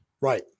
Right